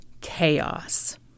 chaos